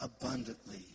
abundantly